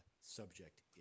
subject